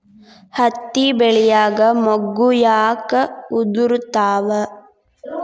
ಹತ್ತಿ ಬೆಳಿಯಾಗ ಮೊಗ್ಗು ಯಾಕ್ ಉದುರುತಾವ್?